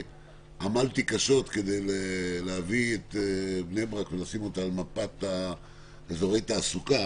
עמלתי קשות כדי להביא את בני ברק ולשים אותה על מפת אזורי התעסוקה,